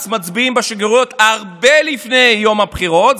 מצביעים בשגרירויות הרבה לפני יום הבחירות.